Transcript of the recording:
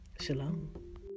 Shalom